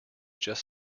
just